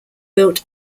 built